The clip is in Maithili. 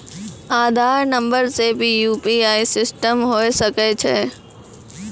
आधार नंबर से भी यु.पी.आई सिस्टम होय सकैय छै?